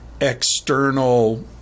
external